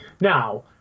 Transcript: Now